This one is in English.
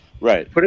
Right